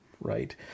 right